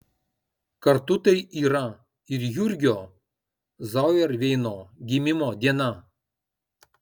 kartu tai yra ir jurgio zauerveino gimimo diena